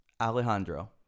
Alejandro